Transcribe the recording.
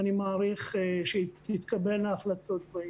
ואני מעריך שתתקבלנה החלטות בעניין.